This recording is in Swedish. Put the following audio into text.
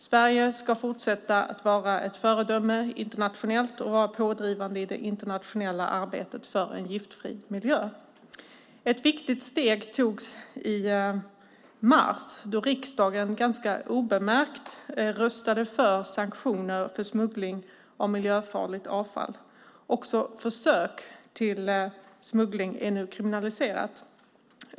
Sverige ska fortsätta att vara ett föredöme internationellt och vara pådrivande i det internationella arbetet för en giftfri miljö. Ett viktigt steg togs i mars då riksdagen ganska obemärkt röstade för sanktioner mot smuggling av miljöfarligt avfall. Också försök till smuggling är nu kriminaliserat.